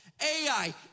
AI